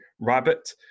Rabbit